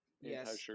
Yes